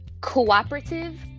cooperative